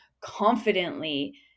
confidently